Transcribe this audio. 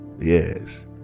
yes